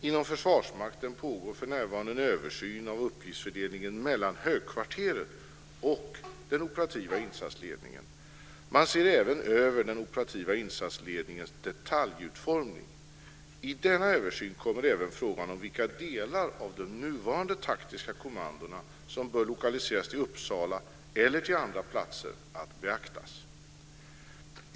Inom Försvarsmakten pågår för närvarande en översyn av uppgiftsfördelningen mellan högkvarteret och den operativa insatsledningen. Man ser även över den operativa insatsledningens detaljutformning. I denna översyn kommer även att beaktas frågan om vilka delar av de nuvarande taktiska kommandona som bör lokaliseras till Uppsala eller till andra platser.